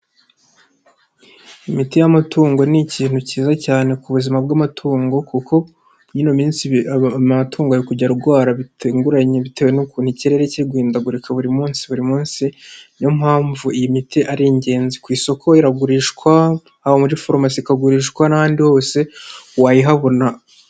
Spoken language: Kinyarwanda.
Imiti y'amatungo ni ikintu cyiza cyane ku buzima bw'amatungo kuko ino minsi amatungo ari kujya arwara bitunguranye bitewe n'ukuntu ikirere kiri guhindagurika buri munsi buri munsi, ni yo mpamvu iyi miti ari ingenzi, ku isoko iragurishwa haba muri farumaso ikagurishwa n'ahandi hose wayihabona.